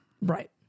Right